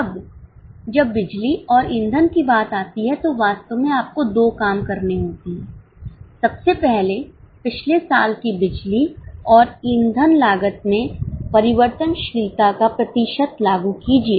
अब जब बिजली और ईंधन की बात आती है तो वास्तव में आपको 2 काम करने होते हैं सबसे पहले पिछले साल की बिजली और ईंधन लागत में परिवर्तनशीलता का प्रतिशत लागू कीजिए